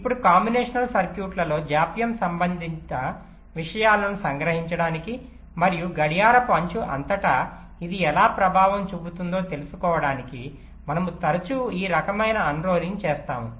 ఇప్పుడు కాంబినేషన్ సర్క్యూట్లలో జాప్యం సంబంధిత విషయాలను సంగ్రహించడానికి మరియు గడియారపు అంచు అంతటా ఇది ఎలా ప్రభావం చూపుతుందో తెలుసుకోవడానికి మనము తరచూ ఈ రకమైన అన్రోలింగ్ చేస్తాము